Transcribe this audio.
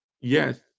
yes